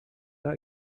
got